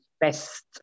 best